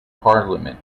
parliament